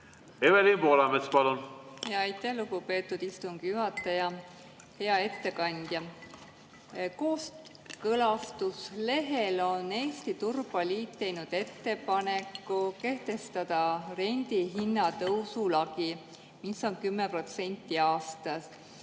Evelin Poolamets, palun! Aitäh, lugupeetud istungi juhataja! Hea ettekandja! Kooskõlastuslehel on Eesti Turbaliidu ettepanek kehtestada rendihinnatõusu lagi, mis on 10% aastas.